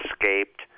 escaped